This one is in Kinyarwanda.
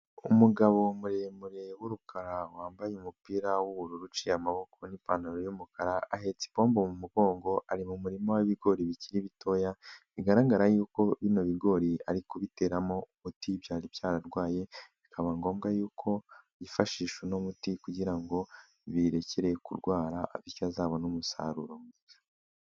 Umugabo muremure w'urukara wambaye umupira w'ubururu uciye amaboko n'ipantaro y'umukara, ahetse ipombo mu mugongo ari mu murima w'ibigori bikiri bitoya bigaragara yuko bino bigori ari kubiteramo umuti byari byararwaye bikaba ngombwa yuko yifashisha uno muti kugira ngo birekere kurwara bityo azabone umusaruro mwiza.